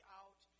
out